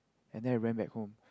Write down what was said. and then I went back home